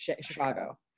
Chicago